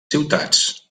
ciutats